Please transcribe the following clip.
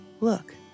look